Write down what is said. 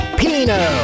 pino